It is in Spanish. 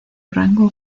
rango